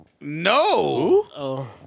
No